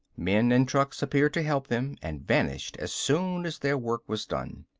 men and trucks appeared to help them, and vanished as soon as their work was done.